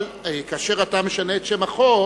אבל כאשר אתה משנה את שם החוק,